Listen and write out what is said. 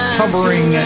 covering